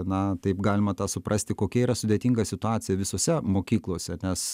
na taip galima tą suprasti kokia yra sudėtinga situacija visose mokyklose nes